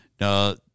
no